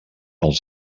els